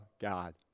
God